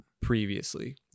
previously